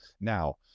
Now